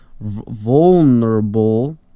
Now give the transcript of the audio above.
vulnerable